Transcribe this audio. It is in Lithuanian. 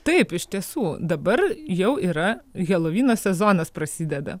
taip iš tiesų dabar jau yra helovino sezonas prasideda